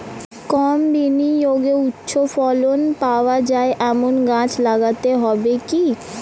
কম বিনিয়োগে উচ্চ ফলন পাওয়া যায় এমন গাছ লাগাতে হবে কি?